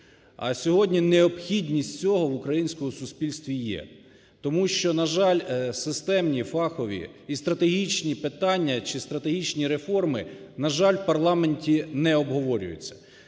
а сьогодні необхідність цього в українському суспільстві є. Тому що, на жаль, системні ,фахові і стратегічні питання чи стратегічні реформи, на жаль, в парламенті не обговорюються.